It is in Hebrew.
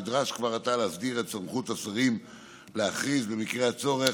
נדרש כבר עתה להסדיר את סמכות השרים להכריז במקרה הצורך,